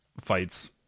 fights